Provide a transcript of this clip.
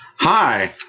Hi